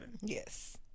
Yes